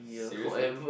seriously